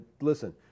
listen